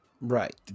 Right